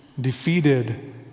defeated